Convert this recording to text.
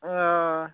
اۭں